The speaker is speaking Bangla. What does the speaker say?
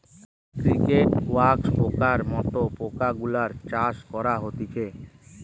ক্রিকেট, ওয়াক্স পোকার মত পোকা গুলার চাষ করা হতিছে